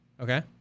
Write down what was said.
Okay